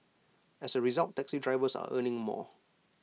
as A result taxi drivers are earning more